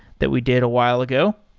that we did a while ago.